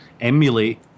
emulate